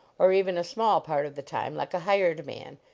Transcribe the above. or even a smallpart of the time, like a hired man.